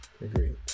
Agreed